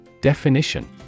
Definition